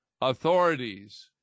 authorities